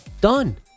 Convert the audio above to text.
Done